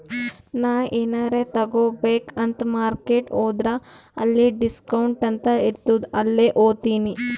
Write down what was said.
ನಾ ಎನಾರೇ ತಗೋಬೇಕ್ ಅಂತ್ ಮಾರ್ಕೆಟ್ ಹೋದ್ರ ಎಲ್ಲಿ ಡಿಸ್ಕೌಂಟ್ ಅಂತ್ ಇರ್ತುದ್ ಅಲ್ಲೇ ಹೋತಿನಿ